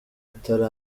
atari